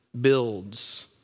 builds